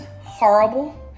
horrible